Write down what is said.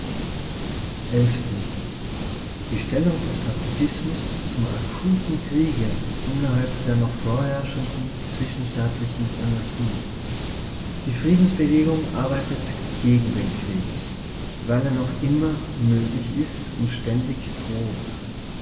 die stellung des pazifismus zum akuten kriege innerhalb der noch vorherrschenden zwischenstaat liehen anarchie die friedensbewegung arbeitet gegen den krieg weil er noch immer möglich ist und ständig droht